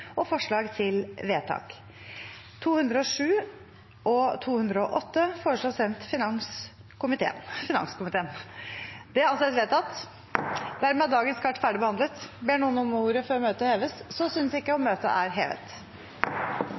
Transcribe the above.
dagens kart ferdigbehandlet. Ber noen om ordet før møtet heves? – Møtet er hevet.